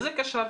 זה כשל.